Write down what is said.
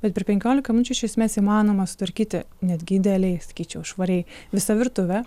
bet per penkiolika minučių iš esmės įmanoma sutvarkyti netgi idealiai sakyčiau švariai visą virtuvę